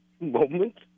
moment